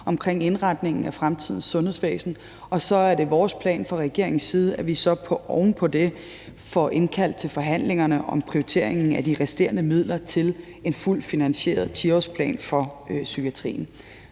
omkring indretningen af fremtidens sundhedsvæsen. Og så er det vores plan fra regeringens side, at vi oven på det får indkaldt til forhandlingerne om prioriteringen af de resterende midler til en fuldt finansieret 10-årsplan for psykiatrien.